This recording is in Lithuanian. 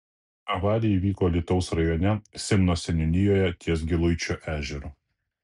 avarija įvyko alytaus rajone simno seniūnijoje ties giluičio ežeru